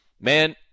man